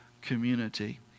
community